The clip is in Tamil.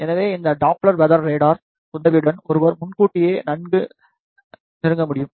எனவே இந்த டாப்ளர் வெதர் ரேடார் உதவியுடன் ஒருவர் முன்கூட்டியே நன்கு நெருங்க முடியும்